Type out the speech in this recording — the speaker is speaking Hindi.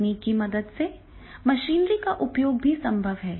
तकनीक की मदद से मशीनरी का उपयोग भी संभव है